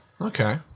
Okay